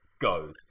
goes